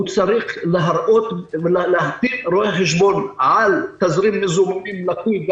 הוא צריך להחתים רואה חשבון על תזרים מזומנים לקוי,